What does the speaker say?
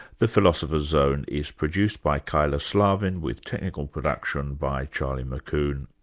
the philosopher's zone is produced by kyla slaven with technical production by charlie mckune.